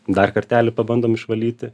dar kartelį pabandom išvalyti